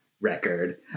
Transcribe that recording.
record